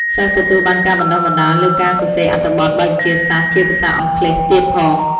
សិស្សទទួលបានការបណ្តុះបណ្តាលលើការសរសេរអត្ថបទបែបវិទ្យាសាស្ត្រជាភាសាអង់គ្លេសទៀតផង។